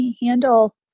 handle